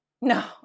No